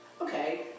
Okay